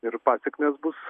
ir pasekmės bus